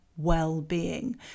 well-being